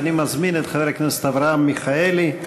אני מזמין את חבר הכנסת אברהם מיכאלי.